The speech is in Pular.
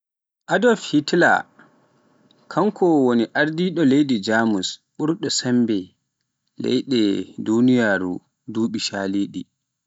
Adolp Hitler, kanko woni ardiiɗo leydi Jaamus ɓurɗo semmbe leyɗe duuniyaaru a duuɓi caaliiɗi.